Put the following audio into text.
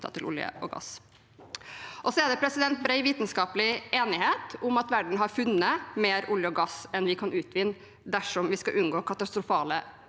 til olje og gass. Det er bred vitenskapelig enighet om at verden har funnet mer olje og gass enn vi kan utvinne dersom vi skal unngå katastrofale